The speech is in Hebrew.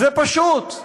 זה פשוט,